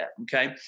Okay